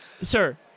Sir